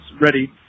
ready